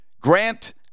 Grant